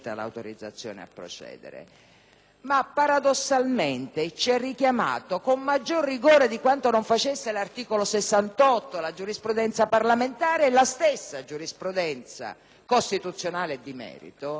ma paradossalmente ci ha richiamato, con maggiore rigore di quanto non facessero l'articolo 68, la giurisprudenza parlamentare e la stessa giurisprudenza costituzionale e di merito, ad un uso